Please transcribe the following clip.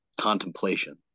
contemplation